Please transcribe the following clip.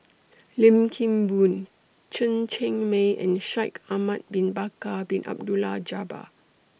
Lim Kim Boon Chen Cheng Mei and Shaikh Ahmad Bin Bakar Bin Abdullah Jabbar